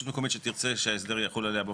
אוקיי.